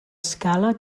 escala